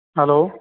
hello